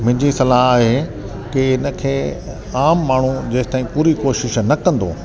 मुंहिंजी सलाहु आहे की हिन खे आम माण्हू जेसि ताईं पूरी कोशिशि न कंदो